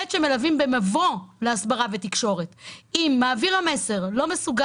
ב' שמעבירים במבוא להסברה ולתקשורת זה שאם מעביר המסר לא מצליח